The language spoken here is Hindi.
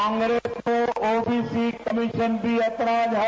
कांग्रेस का ओबीसी कमीशन पर ऐतराज है